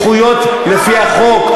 יש זכויות לפי החוק,